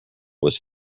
was